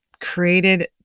created